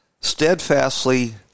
steadfastly